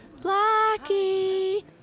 Blackie